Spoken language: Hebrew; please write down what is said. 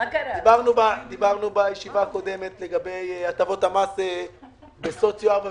דיברנו בישיבה הקודמת לגבי הטבות המס בסוציו 4,